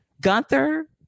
Gunther